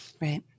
Right